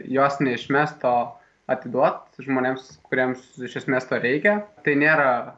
juos neišmest o atiduot žmonėms kuriems iš esmės to reikia tai nėra